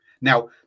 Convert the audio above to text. Now